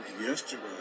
yesterday